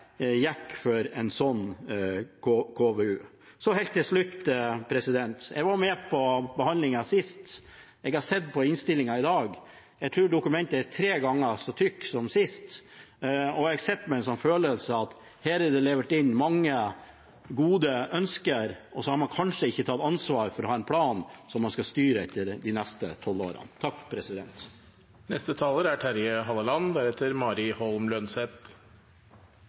for en sånn KVU. Så helt til slutt: Jeg var med på behandlingen sist. Jeg har sett på innstillingen i dag. Jeg tror dokumentet er tre ganger så tykt som sist, og jeg sitter med en følelse av at det her er levert inn mange gode ønsker, og så har man kanskje ikke tatt ansvar for å ha en plan som man skal styre etter de neste tolv årene.